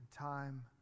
time